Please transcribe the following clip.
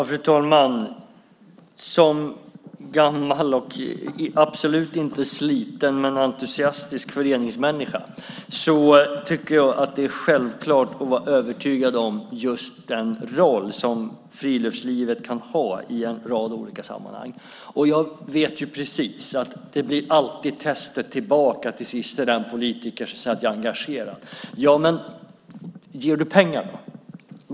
Fru talman! Som gammal, men absolut inte sliten, och entusiastisk föreningsmänniska tycker jag att det är självklart att vara övertygad om den roll som friluftslivet kan ha i en rad olika sammanhang. Jag vet att det till sist alltid blir en fråga tillbaka till den politiker som säger att han är engagerad, nämligen: Ger du pengar då?